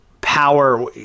power